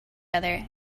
other